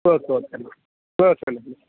okay okay అమ్మ ఓకేనమ్మ